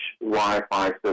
Wi-Fi